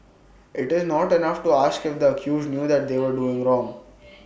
IT is not enough to ask if the accused knew that they were doing wrong